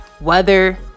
weather